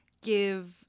give